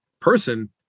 person